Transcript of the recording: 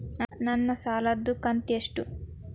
ನನ್ನ ಸಾಲದು ಕಂತ್ಯಷ್ಟು?